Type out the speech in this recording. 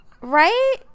Right